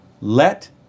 Let